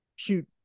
shoot